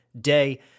day